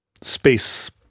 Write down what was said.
space